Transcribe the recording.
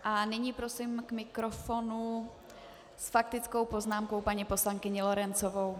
A nyní prosím k mikrofonu s faktickou poznámkou paní poslankyni Lorencovou.